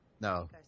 No